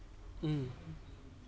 mm